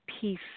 peace